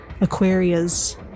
Aquarius